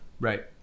Right